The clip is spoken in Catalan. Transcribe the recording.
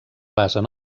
basen